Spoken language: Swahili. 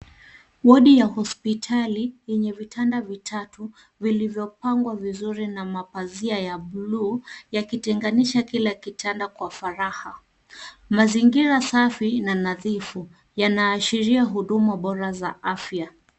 Wodi ya hospitali yenye vitanda vitatu vilivyopangwa vizuri na mapazia ya buluu yakitenganishwa kila kitanda kwa faraha. Mazingira safi na nadhifu yanaashiria huduma bora za afya.